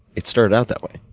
it started out that way.